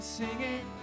singing